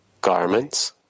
garments